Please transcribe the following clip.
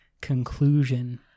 conclusion